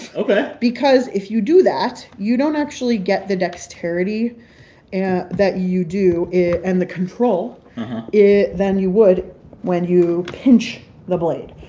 ok. because if you do that, you don't actually get the dexterity yeah that you do and the control yeah than you would when you pinch the blade,